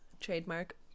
trademark